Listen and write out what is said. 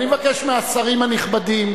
אני מבקש מהשרים הנכבדים,